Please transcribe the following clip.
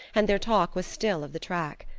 and their talk was still of the track.